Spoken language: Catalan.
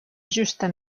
justa